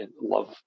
love